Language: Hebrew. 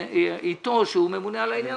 שעשינו ברמת גן וגם הדיונים אתו הוא ממונה על העניין